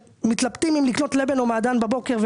שמתלבטות אם לקנות לבן או מעדן בבוקר,